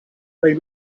they